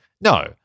no